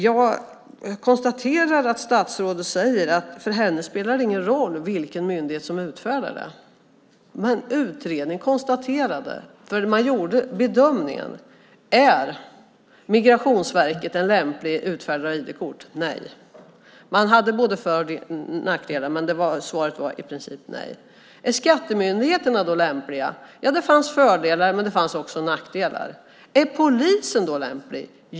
Jag konstaterar att statsrådet säger att det för henne inte spelar någon roll vilken myndighet som utfärdar det. Men utredningen gjorde en bedömning. Man ställde frågan: Är Migrationsverket en lämplig utfärdare av ID-kort? Nej. Det var både för och nackdelar, men svaret var i princip nej. Är skattemyndigheten lämplig? Ja, det fanns fördelar, men det fanns också nackdelar. Är polisen lämplig?